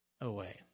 away